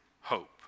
hope